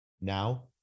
Now